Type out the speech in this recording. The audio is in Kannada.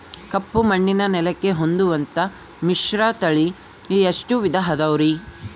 ಕಪ್ಪುಮಣ್ಣಿನ ನೆಲಕ್ಕೆ ಹೊಂದುವಂಥ ಮಿಶ್ರತಳಿ ಎಷ್ಟು ವಿಧ ಅದವರಿ?